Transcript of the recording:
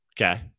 Okay